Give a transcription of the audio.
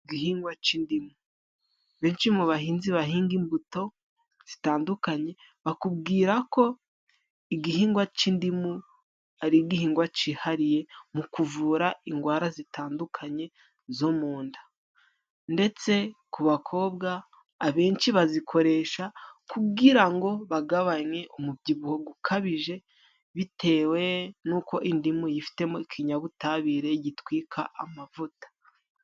Igihingwa cy'indimu, benshi mu bahinzi bahinga imbuto zitandukanye, bakubwira ko igihingwa cy'indimu ari igihingwa cyihariye mu kuvura indwara zitandukanye zo mu nda. Ndetse ku bakobwa, abenshi bazikoresha kugira ngo bagabanye umubyibuho ukabije, bitewe n'uko indimu yifitemo ikinyabutabire gitwika amavuta.